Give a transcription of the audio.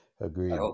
Agreed